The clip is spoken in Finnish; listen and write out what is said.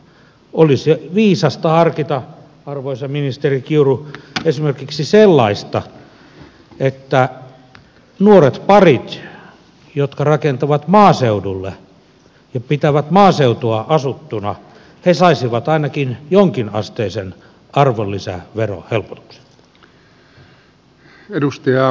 olisi viisasta harkita arvoisa ministeri kiuru esimerkiksi sellaista että nuoretparit jotka rakentavat maaseudulle ja pitävät maaseutua asuttuna saisivat ainakin jonkinasteisen arvonlisäverohelpotuksen